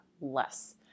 less